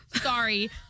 sorry